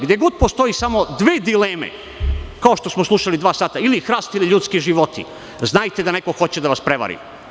Gde god postoje samo dve dileme, kao što smo slušali dva sata – ili hrast ili ljudski životi, znajte da neko hoće da vas prevari.